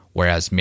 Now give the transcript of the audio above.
Whereas